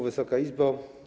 Wysoka Izbo!